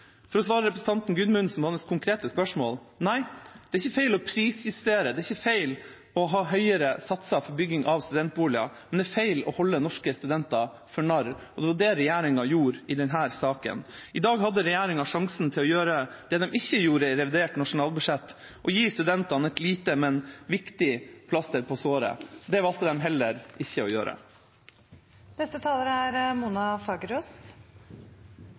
For å svare representanten Gudmundsen på hans konkrete spørsmål: Nei, det er ikke feil å prisjustere, det er ikke feil å ha høyere satser for bygging av studentboliger, men det er feil å holde norske studenter for narr, og det var det regjeringa gjorde i denne saken. I dag hadde regjeringa sjansen til å gjøre det de ikke gjorde i revidert nasjonalbudsjett: å gi studentene et lite, men viktig plaster på såret. Det valgte de heller ikke å